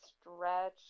stretch